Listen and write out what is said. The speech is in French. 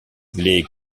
les